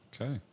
Okay